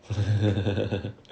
what